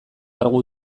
kargu